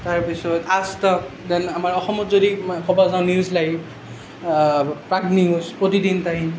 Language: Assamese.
তাৰ পিছত আজ টক দেন আমাৰ অসমত যদি ক'ব যাওঁ News Live Prag News Pratidin time